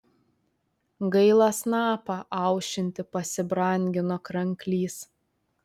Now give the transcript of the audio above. gaila snapą aušinti pasibrangino kranklys